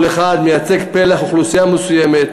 כל אחד מייצג פלח אוכלוסייה מסוים.